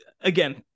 again